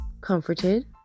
comforted